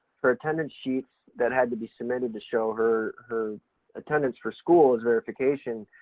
her attendance sheets that had to be submitted to show her, her attendance for school as verification,